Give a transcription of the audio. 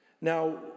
Now